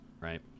right